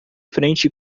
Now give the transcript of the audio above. frente